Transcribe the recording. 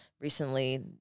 recently